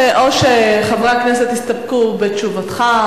או שחברי הכנסת יסתפקו בתשובתך,